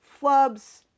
flubs